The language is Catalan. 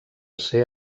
ser